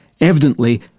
Evidently